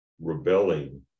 rebelling